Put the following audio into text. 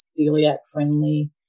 celiac-friendly